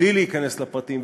בלי להיכנס לפרטים,